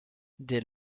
dès